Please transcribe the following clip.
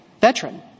veteran